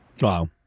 Wow